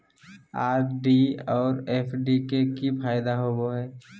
RD और FD के की फायदा होबो हइ?